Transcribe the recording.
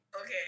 Okay